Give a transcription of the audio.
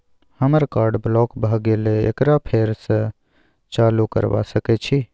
हमर card block भ गेले एकरा फेर स चालू करबा सके छि?